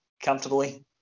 comfortably